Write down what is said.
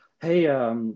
hey